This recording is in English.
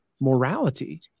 morality